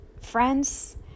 friends